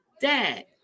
dad